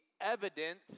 evidence